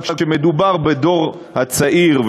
אבל כשמדובר בדור הצעיר,